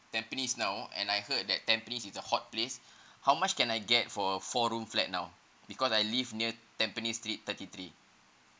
tampines now and I heard that tampines is a hot place how much can I get for a four room flat now because I live near tampines street thirty three